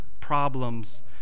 problems